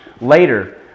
later